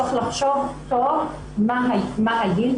צריך לחשוב טוב מה הגיל,